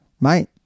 Mate